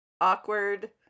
awkward